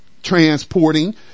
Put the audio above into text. transporting